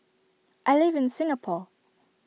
I live in Singapore